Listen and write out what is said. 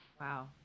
Wow